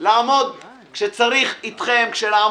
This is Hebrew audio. כשצריך, לעמוד אתכם.